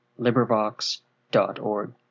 LibriVox.org